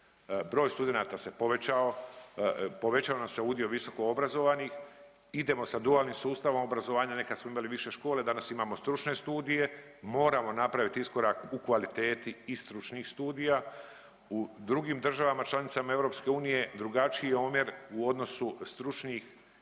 Broj studenata se povećao, povećao nam se udio visokoobrazovanih, idemo sa dualnim sustavom obrazovanja, nekad smo imali više škole, danas imamo stručne studije. Moramo napraviti iskorak u kvaliteti i stručnih studija. U drugim državama članicama EU drugačiji je omjer u odnosu stručnih i